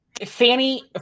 Fanny